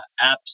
apps